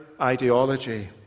ideology